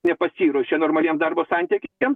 nepasiruošė normaliem darbo santykiam